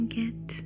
get